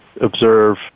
observe